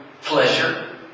pleasure